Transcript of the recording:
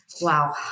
wow